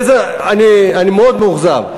אני מאוד מאוכזב.